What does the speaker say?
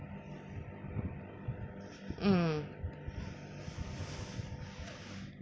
mm